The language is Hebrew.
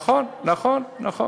יש הרבה יותר צפונה, נכון, נכון, נכון.